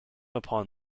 upon